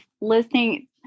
listening